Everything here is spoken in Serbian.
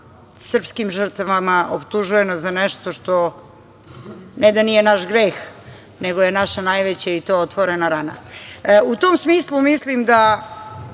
srpskim žrtvama, optužuje nas za nešto što, ne da nije naš greh, nego je naša najveća i to, otvorena rana.U tom smislu mislim da